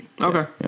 Okay